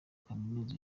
kaminuza